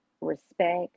respect